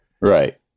Right